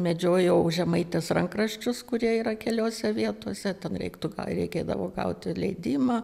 medžiojau žemaitės rankraščius kurie yra keliose vietose ten reiktų ką reikėdavo gauti leidimą